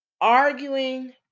arguing